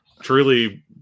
Truly